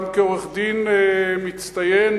גם כעורך-דין מצטיין,